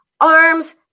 arms